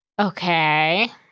Okay